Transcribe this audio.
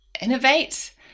innovate